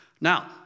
Now